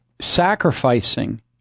sacrificing